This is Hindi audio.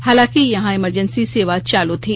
हालांकि यहां इमरजेंसी सेवा चालू थी